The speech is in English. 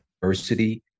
diversity